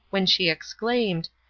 when she exclaimed,